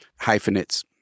hyphenates